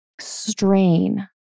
strain